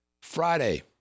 Friday